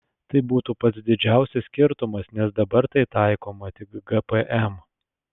tai būtų pats didžiausias skirtumas nes dabar tai taikoma tik gpm